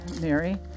Mary